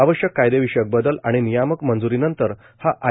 आवश्यक कायदेविषयक बदल आणि नियामक मंज्रीनंतर हा आय